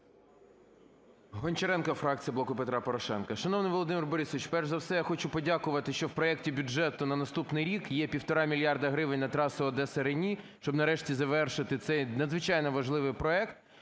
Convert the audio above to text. Гончаренко, фракція "Блоку Петра Порошенка". Шановний Володимир Борисович, перш за все, я хочу подякувати, що в проекті бюджету на наступний рік є 1,5 мільярди гривень на трасу Одеса-Рені, щоб нарешті завершити цей надзвичайно важливий проект.